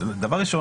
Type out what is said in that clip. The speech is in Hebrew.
אז דבר ראשון,